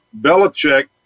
Belichick